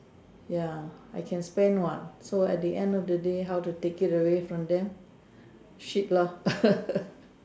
ya I can spend what so at the end of the day how to take it away from them shit lor